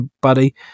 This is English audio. buddy